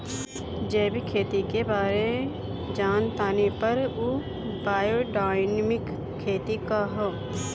जैविक खेती के बारे जान तानी पर उ बायोडायनमिक खेती का ह?